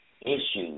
issues